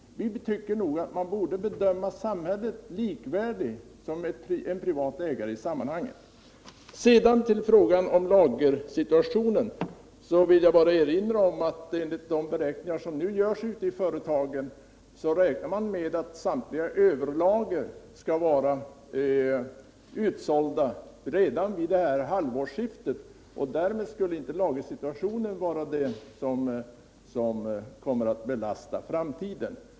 Man borde, anser jag, bedöma samhället som likvärdigt med en privat ägare. Sedan till frågan om lagersituationen. Jag vill erinra om att enligt de beräkningar som nu görs ute i företagen kommer samtliga överlager att vara utsålda redan vid kommande halvårsskifte. Därmed skulle inte lagersitua tionen vara det som kommer att belasta framtiden.